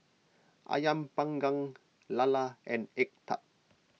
Ayam Panggang Lala and Egg Tart